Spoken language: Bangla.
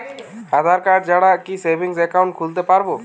আধারকার্ড ছাড়া কি সেভিংস একাউন্ট খুলতে পারব?